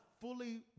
fully